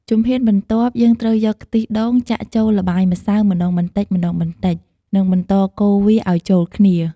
ជំហានបន្ទាប់ យើងត្រូវយកខ្ទិះដូងចាក់ចូលល្បាយម្សៅម្ដងបន្តិចៗ និងបន្តកូរវាអោយចូលគ្នា។